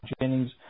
Jennings